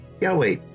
Yahweh